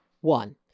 One